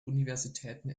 universitäten